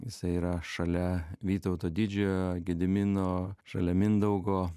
visa yra šalia vytauto didžiojo gedimino šalia mindaugo